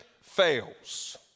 fails